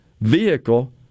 vehicle